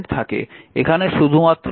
এখানে শুধুমাত্র একটি আউটগোয়িং কারেন্ট i0